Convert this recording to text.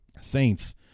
Saints